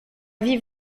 vie